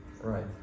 right